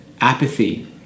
apathy